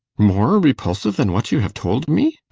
more repulsive than what you have told me?